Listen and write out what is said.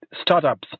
startups